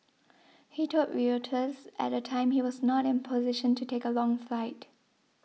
he told Reuters at the time he was not in a position to take a long flight